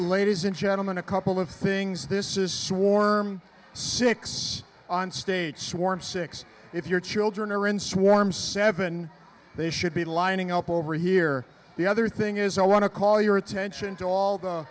and gentlemen a couple of things this is swarm six on stage swarm six if your children are in swarms seven they should be lining up over here the other thing is i want to call your attention to all the